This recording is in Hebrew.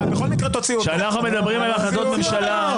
ממשלה --- תוציאו אותו בבקשה מחדר הוועדה.